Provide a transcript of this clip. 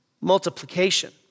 multiplication